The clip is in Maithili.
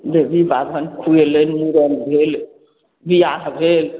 डेऔढ़ी बागवन फुलेलनि मूड़न भेल बिआह भेल